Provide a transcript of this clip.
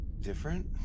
different